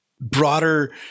broader